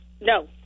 no